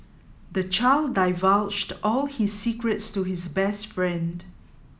the child divulged all his secrets to his best friend